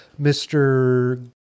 Mr